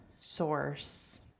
source